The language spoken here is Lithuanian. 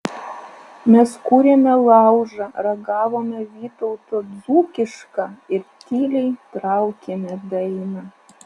mes kūrėme laužą ragavome vytauto dzūkišką ir tyliai traukėme dainą